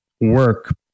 work